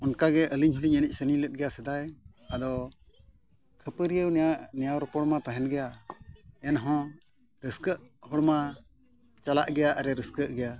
ᱚᱱᱠᱟᱜᱮ ᱟᱹᱞᱤ ᱦᱚᱸᱞᱤᱧ ᱮᱱᱮᱡ ᱥᱮᱨᱮᱧ ᱞᱮᱫ ᱜᱮᱭᱟ ᱥᱮᱫᱟᱭ ᱟᱫᱚ ᱠᱷᱟᱹᱯᱟᱹᱨᱤᱭᱟ ᱱᱮᱭᱟᱣ ᱨᱚᱯᱚᱲᱢᱟ ᱛᱟᱦᱮᱱ ᱜᱮᱭᱟ ᱮᱱ ᱦᱚᱸ ᱨᱟᱹᱥᱠᱟᱹᱜ ᱦᱚᱲᱢᱟ ᱪᱟᱞᱟᱜ ᱜᱮᱭᱟ ᱟᱨᱮ ᱨᱟᱹᱥᱠᱟᱹᱜ ᱜᱮᱭᱟ